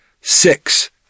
Six